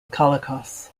colicos